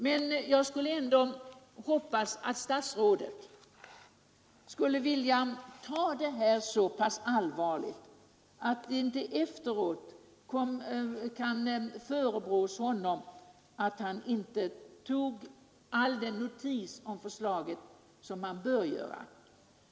Men jag hoppas ändå att statsrådet skulle vilja ta så pass allvarligt på denna sak, att han inte efteråt kan förebrås för att han inte tog all den notis om förslaget som han hade bort göra.